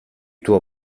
tuo